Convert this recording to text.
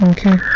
Okay